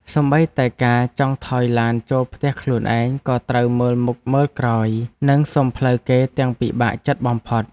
សូម្បីតែការចង់ថយឡានចូលផ្ទះខ្លួនឯងក៏ត្រូវមើលមុខមើលក្រោយ និងសុំផ្លូវគេទាំងពិបាកចិត្តបំផុត។